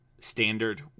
Standard